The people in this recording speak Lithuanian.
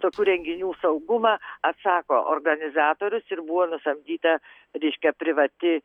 tokių renginių saugumą atsako organizatorius ir buvo nusamdyta reiškia privati